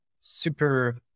super